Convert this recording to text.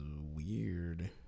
weird